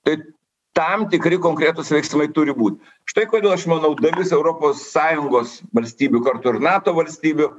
tai tam tikri konkretūs veiksmai turi būt štai kodėl aš manau dalis europos sąjungos valstybių kartu ir nato valstybių